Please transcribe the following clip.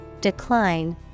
decline